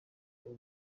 ubu